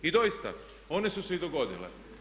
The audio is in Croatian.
I doista, one su se i dogodile.